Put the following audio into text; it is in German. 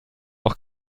auch